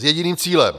S jediným cílem.